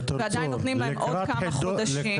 ועדיין נותנים להם עוד כמה חודשים --- .ד"ר צור